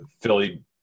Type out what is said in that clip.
Philly